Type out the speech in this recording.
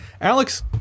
Alex